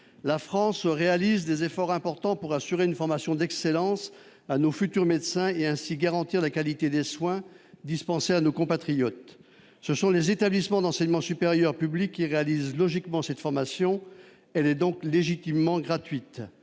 la France réalise des efforts importants pour assurer une formation d'excellence à nos futurs médecins et ainsi garantir la qualité des soins dispensés à nos compatriotes. Ce sont les établissements d'enseignement supérieur publics qui réalisent logiquement cette formation. Elle est donc légitimement gratuite.